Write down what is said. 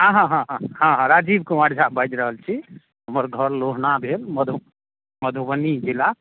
हँ हँ हँ राजीव कुमार झा बाजि रहल छी हमर घऽर लोहना भेल मधुबनी जिला